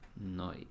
No